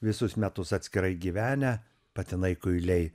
visus metus atskirai gyvenę patinai kuiliai